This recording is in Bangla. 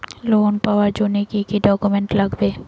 লোন পাওয়ার জন্যে কি কি ডকুমেন্ট লাগবে?